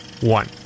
one